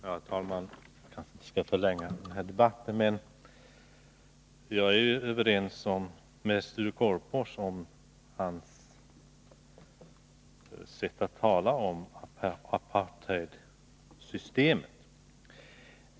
Herr talman! Jag kanske inte skall förlänga debatten, jag är överens med Sture Korpås om hans sätt att tala om apartheidsystemet.